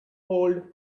hold